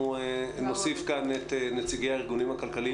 אנחנו נוסיף כאן את נציגי הארגונים הכלכליים.